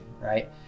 right